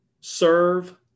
serve